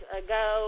ago